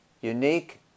unique